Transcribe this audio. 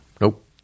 Nope